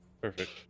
Perfect